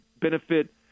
benefit –